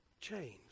change